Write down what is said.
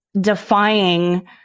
defying